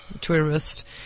tourist